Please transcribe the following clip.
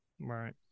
Right